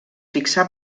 fixà